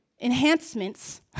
enhancements